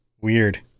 Weird